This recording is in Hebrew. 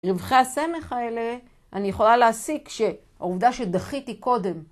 רווחי הסמך האלה אני יכולה להסיק כשהעובדה שדחיתי קודם.